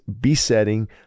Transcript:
besetting